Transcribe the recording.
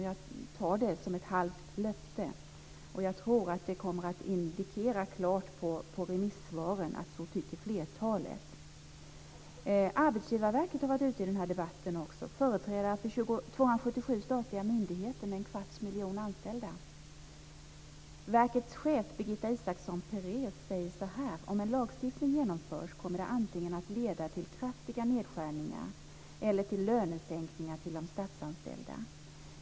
Jag tar det som ett halvt löfte och tror att det utifrån remissvaren klart kommer att indikera att så tycker flertalet. Arbetsgivarverket - företrädare för 277 statliga myndigheter med en kvarts miljon anställda - har också varit ute i debatten. Verkets chef Birgitta Isakson Pérez säger: Om en lagstiftning genomförs kommer det antingen att leda till kraftiga nedskärningar eller till lönesänkningar till de statsanställda.